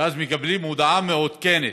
ואז מקבלים הודעה מעודכנת: